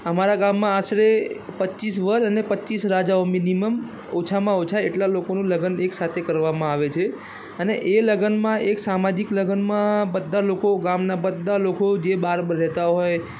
અમારા ગામમાં આશરે પચ્ચીસ વર અને પચ્ચીસ રાજાઓ મીનીમમ ઓછામાં ઓછા એટલા લોકોનું લગ્ન એક સાથે કરવામાં આવે છે અને એ લગ્નમાં એક સામાજિક લગ્નમાં બધા લોકો ગામના બધા લોકો જે બહાર રહેતા હોય